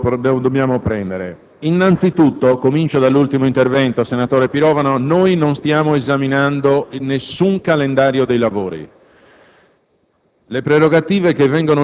passiamo alle decisioni da assumere: innanzitutto - comincio dall'ultimo intervento del senatore Pirovano - non stiamo esaminando nessun calendario dei lavori.